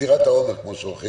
בקליפת אגוז, כמו שאומרים עורכי